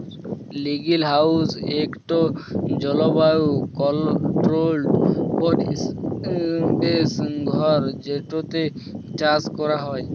greenhouse ইকট জলবায়ু controlled পরিবেশ ঘর যেটতে চাষ ক্যরা হ্যয়